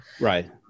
Right